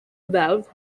valve